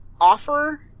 offer